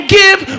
give